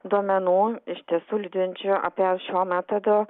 duomenų iš tiesų liudijančių apie šio metodo